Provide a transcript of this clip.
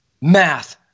math